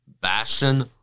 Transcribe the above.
Bastion